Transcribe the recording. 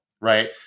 right